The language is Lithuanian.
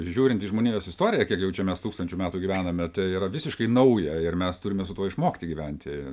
žiūrint į žmonijos istoriją kiek jau čia mes tūkstančių metų gyvename tai yra visiškai nauja ir mes turime su tuo išmokti gyventi